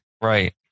Right